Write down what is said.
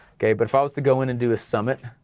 okay but if i was to go in and do a summit,